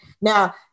Now